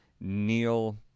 neil